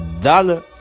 dollar